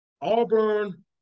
Auburn